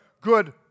good